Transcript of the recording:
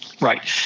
Right